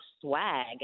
swag